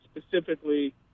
specifically